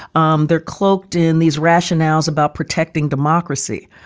um they're cloaked in these rationales about protecting democracy.